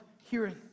hearing